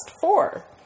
four